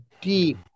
deep